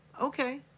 Okay